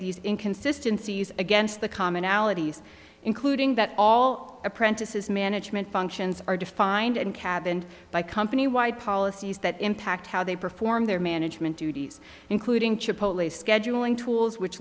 these inconsistency against the commonalities including that all apprentices management functions are defined and cabined by company wide policies that impact how they perform their management duties including chipotle a scheduling tools which